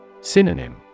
Synonym